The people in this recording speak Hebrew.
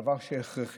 דבר שהוא הכרחי.